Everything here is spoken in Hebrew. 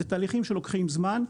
אלו תהליכים שלוקחים זמן,